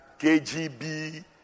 KGB